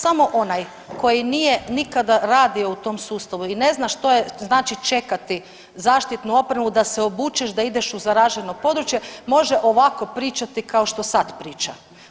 Samo onaj koji nije nikada radio u tom sustavu i ne zna što znači čekati zaštitnu opremu da se obučeš da ideš u zaraženo područje može ovako pričati kao što sad priča.